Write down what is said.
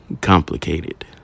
complicated